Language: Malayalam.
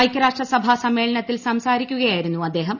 ഐക്യരാഷ്ട്രസഭാ സമ്മേളനത്തിൽ സംസാരി ക്കുകയായിരുന്നു അദ്ദേഹം